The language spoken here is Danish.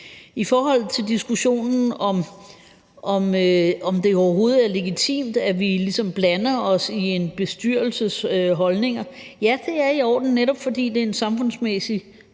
I forhold til diskussionen om, om det overhovedet er legitimt, at vi ligesom blander os i en bestyrelses holdninger, vil jeg sige, at ja, det er i orden, netop fordi det er en samfundsmæssig